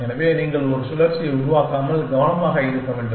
எனவே நீங்கள் ஒரு சுழற்சியை உருவாக்காமல் கவனமாக இருக்க வேண்டும்